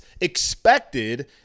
expected